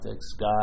sky